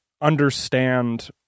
understand